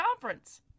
conference